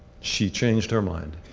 she changed her mind.